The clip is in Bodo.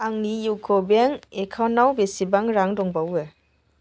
आंनि इउक' बेंक एकाउन्टाव बेसेबां रां दंबावो